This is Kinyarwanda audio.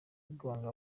igonga